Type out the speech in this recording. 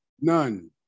None